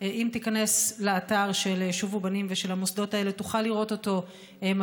אם תיכנס לאתר של שובו בנים ושל המוסדות האלה תוכל לראות אותו מגיע,